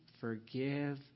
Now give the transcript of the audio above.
forgive